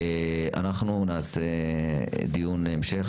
נעשה דיון המשך.